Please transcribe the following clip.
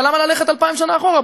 אבל למה ללכת אלפיים שנה אחורה?